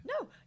No